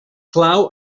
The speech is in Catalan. clau